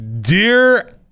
Dear